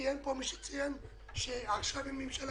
ציין פה מי שציין שעכשיו אין ממשלה.